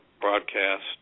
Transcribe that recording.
broadcast